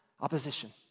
opposition